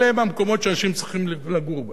אלה הם המקומות שאנשים צריכים לגור בהם.